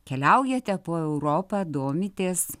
keliaujate po europą domitės